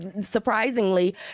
surprisingly